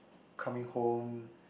coming home